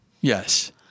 Yes